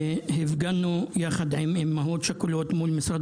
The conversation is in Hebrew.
הפגנו יחד עם אימהות שכולות מול משרד